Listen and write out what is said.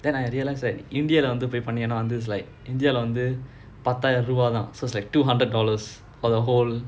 then I realised right india leh போய் பண்ண வந்து பத்தாயர ரூபா தான்:poi panna vanthu paththaaya rooba thaan so it's like two hundred dollars for the whole